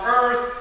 earth